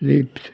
रिक